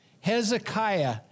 Hezekiah